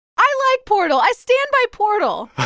i like portal. i stand by portal